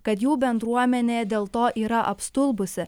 kad jų bendruomenė dėl to yra apstulbusi